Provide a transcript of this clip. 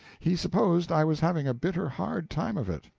he supposed i was having a bitter hard time of it.